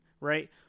right